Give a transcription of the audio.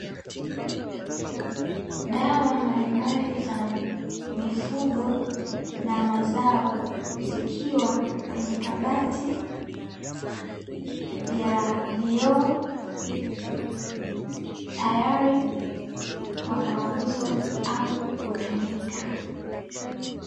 Dawa mbalimbali za mifugo na mazao, zikiwa kwenye kabati ya vioo, tayari kwa mauzo au kutumika.